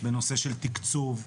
בנושא של תקצוב,